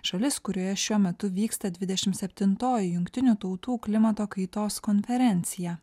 šalis kurioje šiuo metu vyksta dvidešimt septintoji jungtinių tautų klimato kaitos konferencija